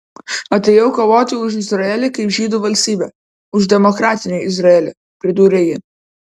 atėjau kovoti už izraelį kaip žydų valstybę už demokratinį izraelį pridūrė ji